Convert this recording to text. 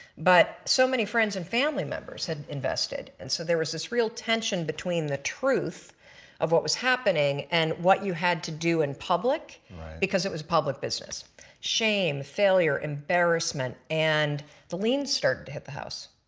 but so many friends and family members had invested and so there was this real tension between the truth of what was happening and what you had to do in public because it was public business shame, failure, embarrassment and the lien started to hit the house.